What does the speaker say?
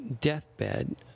deathbed